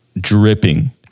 dripping